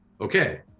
okay